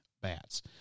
bats